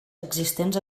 existents